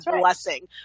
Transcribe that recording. blessing